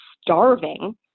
starving